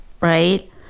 right